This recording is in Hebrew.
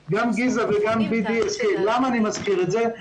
גם גיזה וגם BDSK. למה אני מזכיר את זה?